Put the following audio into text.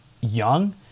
young